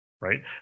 right